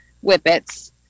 whippets